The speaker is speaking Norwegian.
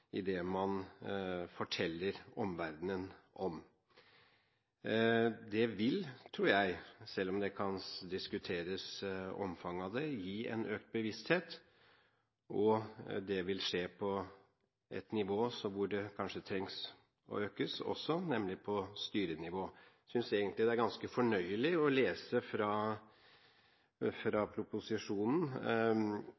man forteller omverdenen om. Jeg tror det vil – selv om man kan diskutere omfanget av det – gi en økt bevissthet, og det vil skje på et nivå hvor det kanskje bør økes, nemlig på styrenivå. Jeg synes egentlig det er ganske fornøyelig å lese fra